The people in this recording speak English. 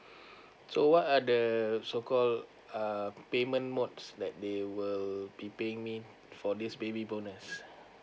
so what are the so call uh uh payment mode that they will be paying me for this baby bonus